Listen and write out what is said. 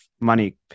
money